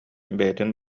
бэйэтин